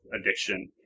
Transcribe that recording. addiction